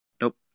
Nope